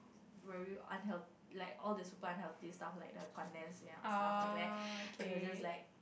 really unheal~ like all the super unhealthy stuff like the condensed milk stuff like that and I was just like